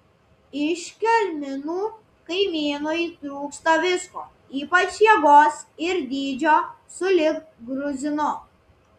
iš kelmynų kaimynui trūksta visko ypač jėgos ir dydžio sulig gruzinu